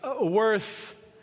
worth